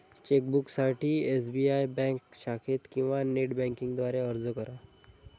चेकबुकसाठी SBI bank शाखेत किंवा नेट बँकिंग द्वारे अर्ज करा